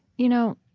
you know,